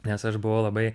nes aš buvau labai